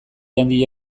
handia